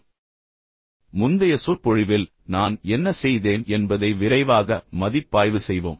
நான் தொடங்குவதற்கு முன் முந்தைய சொற்பொழிவில் நான் என்ன செய்தேன் என்பதை விரைவாக மதிப்பாய்வு செய்வோம்